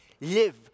live